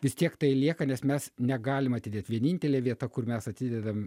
vis tiek tai lieka nes mes negalim atidėt vienintelė vieta kur mes atidedam